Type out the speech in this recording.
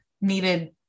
needed